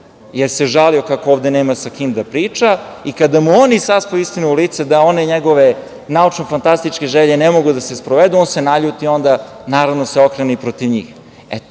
jer se žalio kako ovde nema sa kim da priča, i kada mu oni saspu istinu u lice, da one njegove naučnofantastične želje ne mogu da se sprovedu, on se naljuti onda i, naravno, okrene se i protiv njih. Da